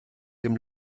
dem